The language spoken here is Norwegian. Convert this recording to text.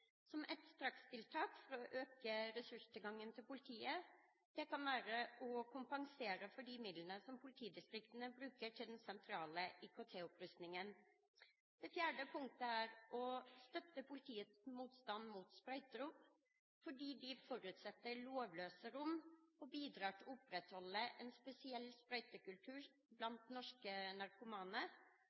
som et strakstiltak for å øke ressurstilgangen til politiet. Det kan dreie seg om å kompensere for de midlene som politidistriktene bruker til den sentrale IKT-opprustningen. Det fjerde er å støtte politiets motstand mot sprøyterom, fordi det forutsetter lovløse rom som bidrar til å opprettholde en spesiell sprøytekultur blant norske narkomane,